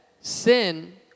sin